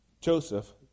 Joseph